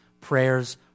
Prayers